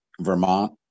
vermont